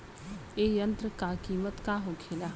ए यंत्र का कीमत का होखेला?